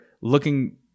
looking